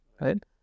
right